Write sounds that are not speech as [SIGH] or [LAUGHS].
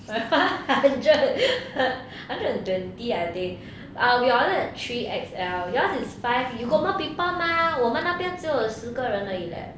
[LAUGHS] hundred [LAUGHS] hundred and twenty I think err we order three X_L yours is five you got more people mah 我们那边只有四个人而已 leh